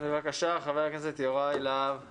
בבקשה, חבר הכנסת יוראי להב הרצנו.